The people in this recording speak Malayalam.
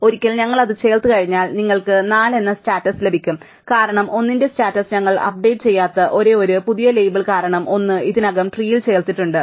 ഒരിക്കൽ ഞങ്ങൾ അത് ചേർത്തുകഴിഞ്ഞാൽ നിങ്ങൾക്ക് 4 എന്ന സ്റ്റാറ്റസ് ലഭിക്കും കാരണം 1 ന്റെ സ്റ്റാറ്റസ് ഞങ്ങൾ അപ്ഡേറ്റ് ചെയ്യാത്ത ഒരേയൊരു പുതിയ ലേബൽ കാരണം 1 ഇതിനകം ട്രീൽ ചേർത്തിട്ടുണ്ട്